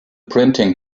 printing